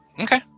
Okay